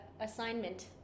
assignment